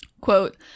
quote